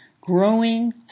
Growing